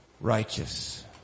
righteous